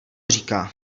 říká